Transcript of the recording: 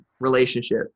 relationship